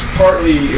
partly